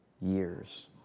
years